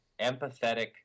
empathetic